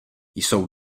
jsou